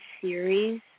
series